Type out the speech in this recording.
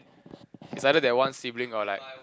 is either that one sibling or like